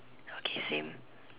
okay same